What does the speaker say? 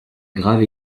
grave